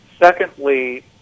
Secondly